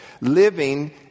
living